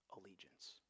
allegiance